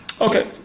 Okay